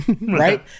right